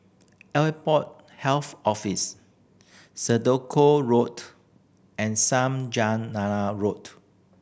Airport Health Office Senoko Road and Road